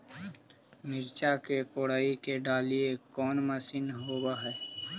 मिरचा के कोड़ई के डालीय कोन मशीन होबहय?